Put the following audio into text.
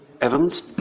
Evans